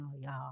y'all